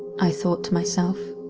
i thought to myself.